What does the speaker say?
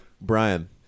brian